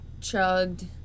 chugged